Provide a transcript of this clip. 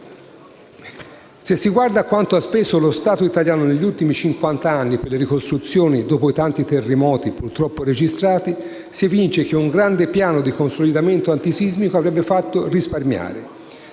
Se si guarda a quanto ha speso lo Stato italiano negli ultimi cinquant'anni per le ricostruzioni dopo i tanti terremoti registrati, si evince che un grande piano di consolidamento antisismico avrebbe fatto risparmiare.